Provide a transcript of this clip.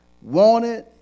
Wanted